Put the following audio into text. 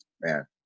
man